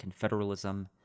confederalism